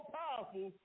powerful